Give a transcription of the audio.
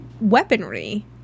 weaponry